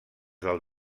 del